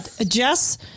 Jess